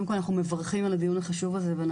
קודם כל אנחנו מברכים על הדיון החשוב הזה ועל